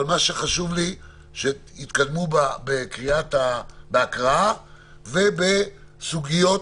חשוב לי שתתקדמו בהקראה ובסוגיות